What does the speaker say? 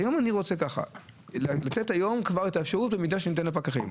אני רוצה לתת היום את האפשרות, אם ניתן לפקחים?